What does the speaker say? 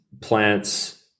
plants